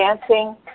dancing